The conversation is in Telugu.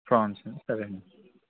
ప్రాన్స్ సరే అండి